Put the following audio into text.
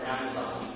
Amazon